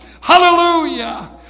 Hallelujah